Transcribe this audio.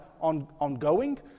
ongoing